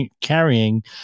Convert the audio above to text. carrying